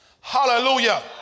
Hallelujah